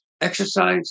exercise